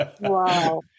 Wow